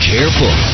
Careful